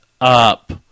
up